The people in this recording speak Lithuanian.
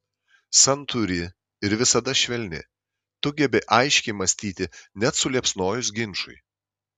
santūri ir visada švelni tu gebi aiškiai mąstyti net suliepsnojus ginčui